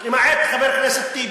למעט חבר הכנסת טיבי.